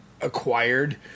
acquired